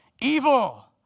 evil